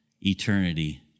eternity